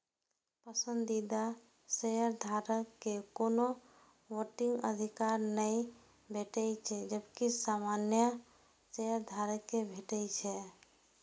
पसंदीदा शेयरधारक कें कोनो वोटिंग अधिकार नै भेटै छै, जबकि सामान्य शेयधारक कें भेटै छै